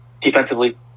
defensively